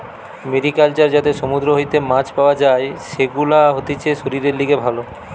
mariculture যাতে সমুদ্র হইতে মাছ পাওয়া যাই, সেগুলা হতিছে শরীরের লিগে ভালো